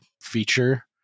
feature